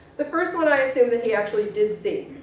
the first one i assume that he actually did see.